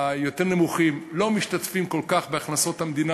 היותר-נמוכים לא משתתפים כל כך בהכנסות המדינה,